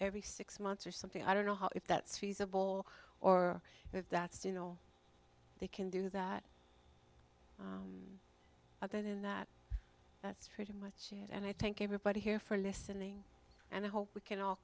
every six months or something i don't know how if that's feasible or if that's you know they can do that then in that that's pretty much it and i thank everybody here for listening and i hope we can all